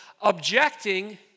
objecting